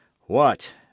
What